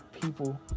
people